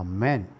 Amen